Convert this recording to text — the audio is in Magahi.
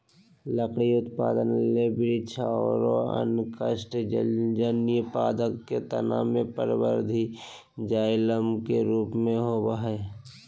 लकड़ी उत्पादन ले वृक्ष आरो अन्य काष्टजन्य पादप के तना मे परवर्धी जायलम के रुप मे होवअ हई